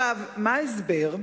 מה ההסבר?